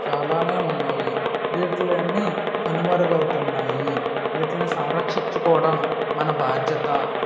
చాలా ఉన్నాయి వీటిలో అన్ని కనుమరుగు అతున్నాయి వీటిని సంరక్షించుకోవడం మన బాధ్యత